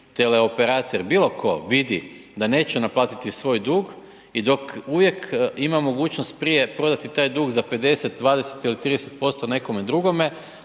teleoperater, bilo tko, vidi da neće naplatiti svoj dug i dok uvijek ima mogućnost prije prodati taj dug za 50, 20 ili 30% nekome drugome,